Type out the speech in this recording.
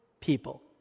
people